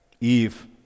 Eve